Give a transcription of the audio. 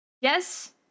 Yes